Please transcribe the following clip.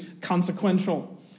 consequential